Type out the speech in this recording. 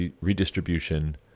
redistribution